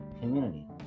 community